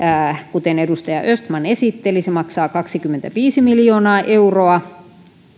kuten edustaja östman esitteli se maksaa kaksikymmentäviisi miljoonaa euroa